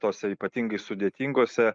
tose ypatingai sudėtingose